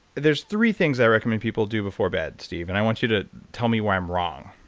there's three things i recommend people do before bed, steve, and i want you to tell me why i'm wrong.